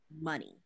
money